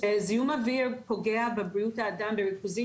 שזיהום אוויר פוגע בבריאות האדם בריכוזים